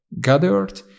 gathered